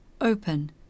open